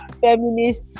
feminist